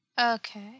Okay